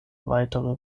weitere